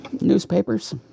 newspapers